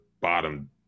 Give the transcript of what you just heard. bottom